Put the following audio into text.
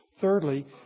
Thirdly